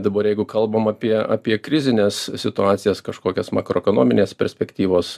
dabar jeigu kalbam apie apie krizines situacijas kažkokias makroekonominės perspektyvos